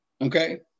okay